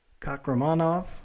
Kakramanov